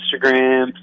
Instagram